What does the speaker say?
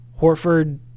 Horford